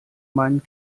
meinen